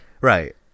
Right